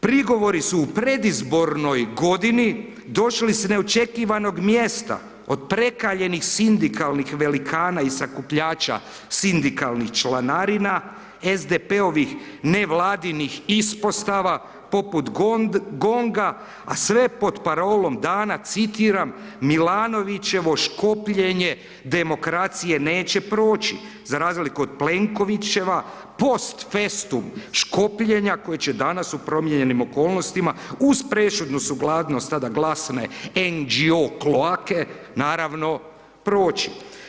Prigovori su u predizbornoj godini došli s neočekivanog mjesta, od prekaljenih sindikalnih velikana i sakupljača sindikalnih članarina SDP-ovih nevladinih ispostava, poput GONG-a, a sve pod parolom dana, citiram, Milanovićevo škopljenje demokracije neće proći za razliku od Plenkovićeva post festum škopljenja koji će danas u promijenjenim okolnostima uz prešutnu suglasnost tada glasne NGO kloake, naravno, proći.